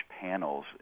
panels